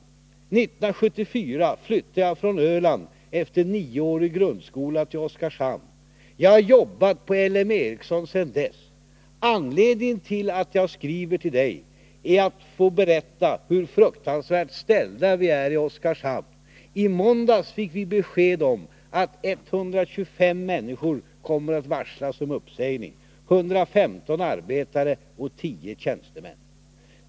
1974 flyttade jag från Öland efter nioårig grundskola till Oskarshamn. Jag har jobbat på LM Ericsson sedan dess. Anledningen till att jag skriver till dej är att få berätta hur fruktansvärt ställda vi är i Oskarshamn. I måndags fick vi besked om att 125 människor kommer att varslas om uppsägning, 115 arbetare och 10 tjänstemän.